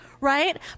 right